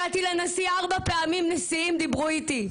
הגעתי לנשיא ארבע פעמים, נשיאים דיברו איתי.